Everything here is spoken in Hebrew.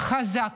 חזק,